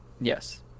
Yes